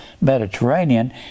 mediterranean